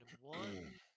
one